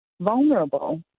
vulnerable